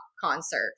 concert